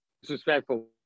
disrespectful